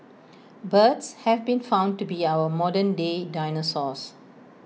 birds have been found to be our modern day dinosaurs